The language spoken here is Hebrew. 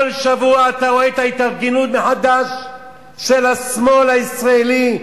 כל שבוע אתה רואה את ההתארגנות מחדש של השמאל הישראלי,